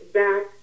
back